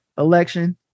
election